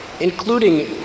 including